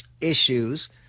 issues